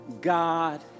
God